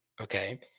Okay